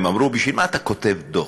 הם אמרו: בשביל מה אתה כותב דוח?